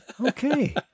Okay